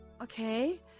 Okay